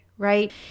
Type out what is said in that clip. right